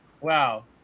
Wow